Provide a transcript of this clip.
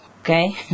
okay